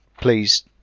please